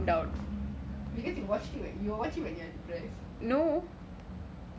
because you watch it you watch it when you are depressed